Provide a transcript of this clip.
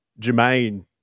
Jermaine